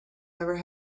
never